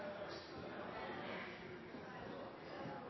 er